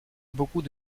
beaucoup